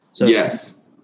Yes